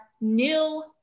new